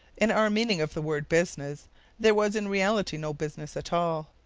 in our meaning of the word business there was in reality no business at all.